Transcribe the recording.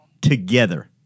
together